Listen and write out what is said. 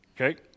Okay